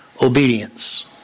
obedience